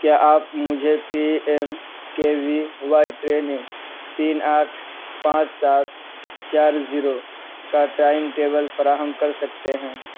کیا آپ مجھے P M K V Y training تین آٹھ پانچ سات چار زیرو کا ٹائم ٹیبل فراہم کر سکتے ہیں